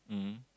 mmhmm